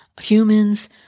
humans